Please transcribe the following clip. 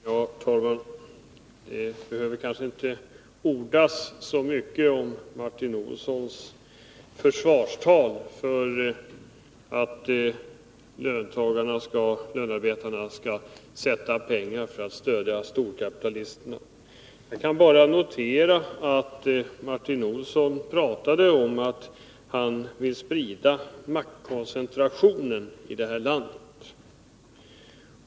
Herr talman! Det behöver kanske inte ordas så mycket om Martin Olssons försvarstal för det här förslaget, som innebär att lönarbetarna skall satsa pengar för att stödja storkapitalisterna. Jag noterar bara att Martin Olsson talade om att han vill sprida maktkoncentrationen i det här landet.